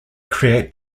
create